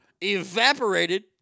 evaporated